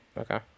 Okay